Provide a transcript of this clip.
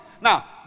Now